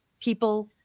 people